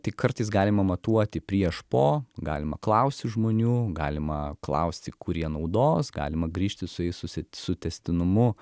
tai kartais galima matuoti prieš po galima klausti žmonių galima klausti kur jie naudos galima grįžti su jais susi su tęstinumu